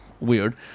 weird